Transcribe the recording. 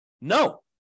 No